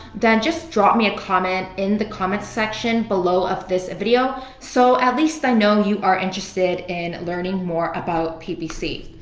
then just drop me a comment in the comment section below of this video so at least i know you are interested in learning more about ppc.